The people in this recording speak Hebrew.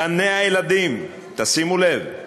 גני-הילדים, תשימו לב,